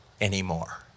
anymore